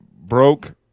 broke